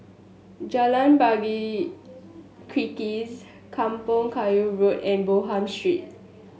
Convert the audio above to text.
Jalan Pari Kikis Kampong Kayu Road and Bonham Street